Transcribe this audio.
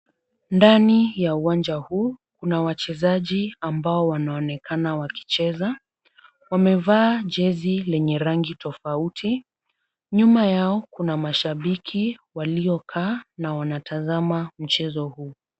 Ndani ya uwanja huu kuna wachezaji ambao wanaonekana wakicheza. Wamevaa jezi lenye rangi tofauti. Nyuma yao kuna mashabiki waliokaa na wanatazama mchezo huu.